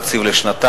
הוא תקציב לשנתיים,